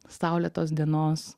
saulėtos dienos